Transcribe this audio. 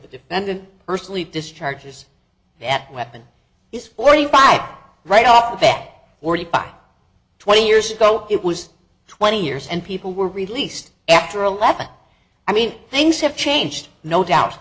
the defendant personally discharges that weapon is forty five right off the bat forty five twenty years ago it was twenty years and people were released after eleven i mean things have changed no doubt